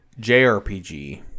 JRPG